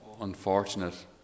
unfortunate